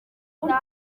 buryo